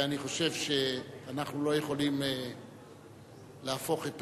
ואני חושב שאנחנו לא יכולים להפוך את